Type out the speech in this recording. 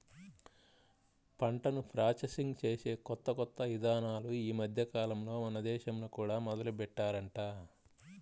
పంటను ప్రాసెసింగ్ చేసే కొత్త కొత్త ఇదానాలు ఈ మద్దెకాలంలో మన దేశంలో కూడా మొదలుబెట్టారంట